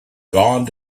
gone